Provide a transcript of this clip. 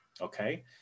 okay